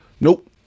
nope